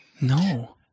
No